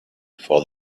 for